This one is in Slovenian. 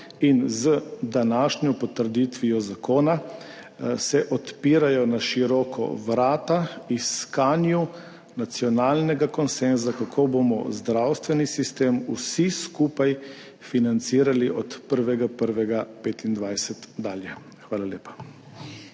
in z današnjo potrditvijo zakona se odpirajo na široko vrata iskanju nacionalnega konsenza, kako bomo zdravstveni sistem vsi skupaj financirali od 1. 1. 2025 dalje. Hvala lepa.